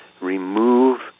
remove